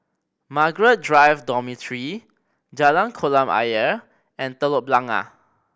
Margaret Drive Dormitory Jalan Kolam Ayer and Telok Blangah